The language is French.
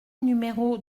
numéro